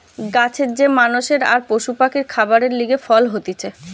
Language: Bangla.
গাছের যে মানষের আর পশু পাখির খাবারের লিগে ফল হতিছে